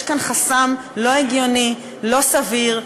יש כאן חסם לא הגיוני, לא סביר,